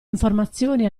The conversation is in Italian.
informazioni